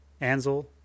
Ansel